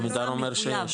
עמידר אומר שיש.